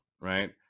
right